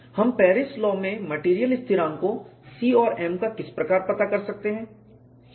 हम Paris law में material स्थिरांकों C और m किस प्रकार पता कर सकते हैं